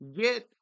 Get